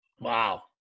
Wow